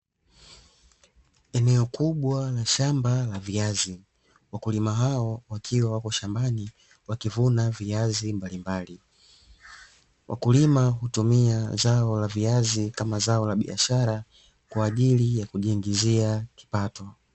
Eneo kubwa la shamba la viazi, wakulima hao wakiwa wapo shambani wakivuna viazi mbalimbali. Wakulima hutumia zao la viazi kama zao la biashara kwa ajili ya kujiingizia kipato.